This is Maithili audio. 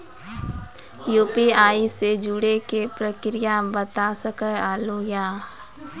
यु.पी.आई से जुड़े के प्रक्रिया बता सके आलू है?